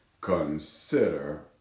consider